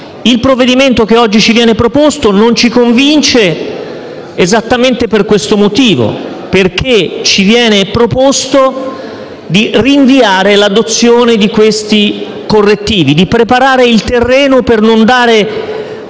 Il provvedimento che oggi ci viene proposto non ci convince esattamente per questo motivo; ci viene proposto di rinviare l'adozione di questi correttivi, di preparare il terreno per non dare